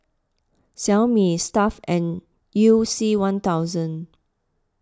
Xiaomi Stuff'd and You C one thousand